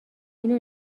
اینو